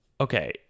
okay